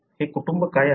हे कुटुंब काय आहे